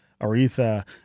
Aretha